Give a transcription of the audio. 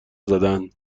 زدن